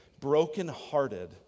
brokenhearted